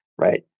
right